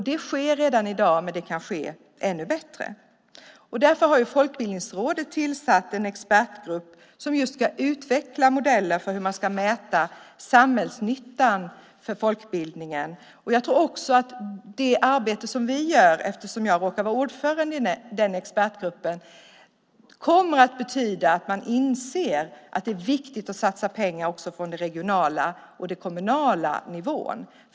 Det sker redan i dag, men det kan ske ännu bättre. Därför har Folkbildningsrådet tillsatt en expertgrupp som ska utveckla modeller för hur man ska mäta samhällsnyttan med folkbildningen. Jag råkar vara ordförande i denna expertgrupp, och jag tror att det arbete som vi gör kommer att betyda att man inser att det är viktigt att satsa pengar också från den regionala och den kommunala nivån.